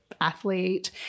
athlete